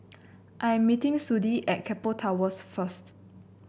I'm meeting Sudie at Keppel Towers first